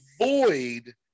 avoid